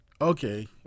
Okay